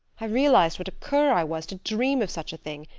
i realized what a cur i was to dream of such a thing,